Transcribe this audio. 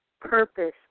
purpose